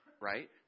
right